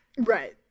Right